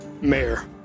Mayor